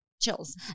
chills